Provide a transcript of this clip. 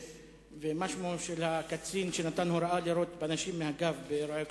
ומה שמו של הקצין שנתן הוראה לירות באנשים בגב באירועי אוקטובר?